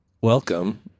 welcome